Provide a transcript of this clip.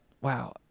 wow